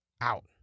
out